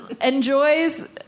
enjoys